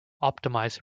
optimize